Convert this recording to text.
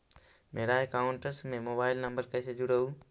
मेरा अकाउंटस में मोबाईल नम्बर कैसे जुड़उ?